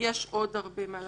יש עוד הרבה מה לעשות.